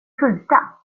skjuta